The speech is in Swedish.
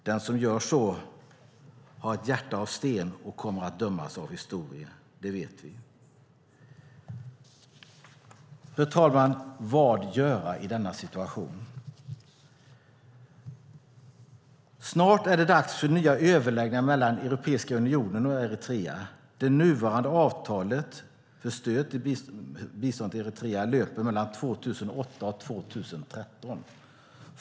Den som gör så har ett hjärta av sten och kommer att dömas av historien. Det vet vi. Fru talman! Vad ska man göra i denna situation? Snart är det dags för nya överläggningar mellan den europeiska unionen och Eritrea. Det nuvarande avtalet för bistånd till Eritrea löper mellan 2008 och 2013.